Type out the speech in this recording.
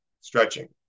stretching